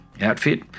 outfit